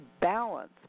balance